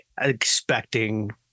expecting